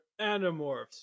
Animorphs